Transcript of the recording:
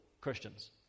Christians